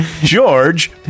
george